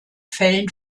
fällen